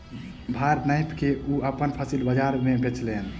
भार नाइप के ओ अपन फसिल बजार में बेचलैन